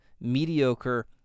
mediocre